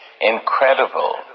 incredible